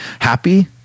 happy